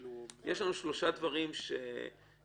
אנחנו כל הזמן רואים את התהליך בצורה אחרת.